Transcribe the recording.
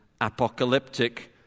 apocalyptic